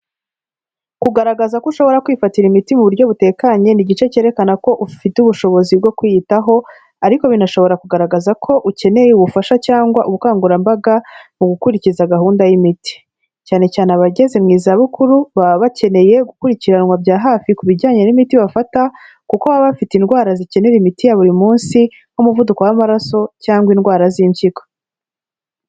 Kugaragaza ko ushobora kwifatira imiti mu buryo butekanye ni igice cyerekana ko ufite ubushobozi bwo kwiyitaho, ariko binashobora kugaragaza ko ukeneye ubufasha cyangwa ubukangurambaga mu gukurikiza gahunda y'imiti. Cyane cyane abageze mu zabukuru baba bakeneye gukurikiranwa bya hafi ku bijyanye n'imiti bafata, kuko baba bafite indwara zikenera imiti ya buri munsi nk'umuvuduko w'amaraso cyangwa indwara z'impyiko.